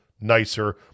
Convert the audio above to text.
nicer